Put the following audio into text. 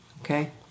Okay